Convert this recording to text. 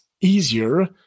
easier